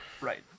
Right